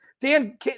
Dan